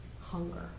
hunger